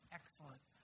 excellent